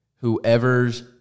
Whoever's